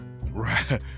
Right